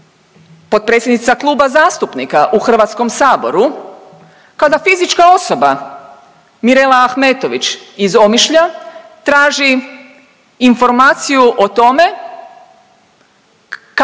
potpredsjednica Kluba zastupnika u Hrvatskom saboru, kada fizička osoba Mirela Ahmetović iz Omišlja traži informaciju o tome